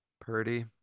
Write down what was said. Purdy